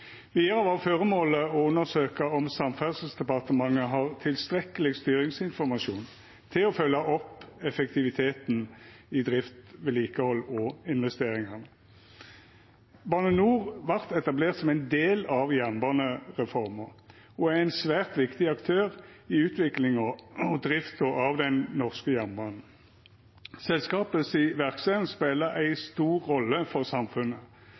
Vidare var føremålet å undersøkja om samferdselsdepartementet har tilstrekkeleg styringsinformasjon til å følgja opp effektiviteten i drift, vedlikehald og investeringar. Bane NOR vart etablert som ein del av jernbanereforma og er ein svært viktig aktør i utviklinga og drifta av den norske jernbanen. Selskapet si verksemd spelar ei stor rolle for samfunnet,